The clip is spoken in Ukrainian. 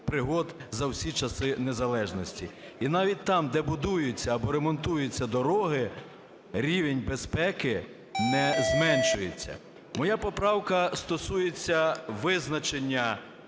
пригод за всі часи незалежності. І навіть там, де будуються або ремонтуються дороги, рівень безпеки не зменшується. Моя поправка стосується визначення